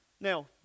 Now